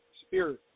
spirit